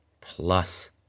plus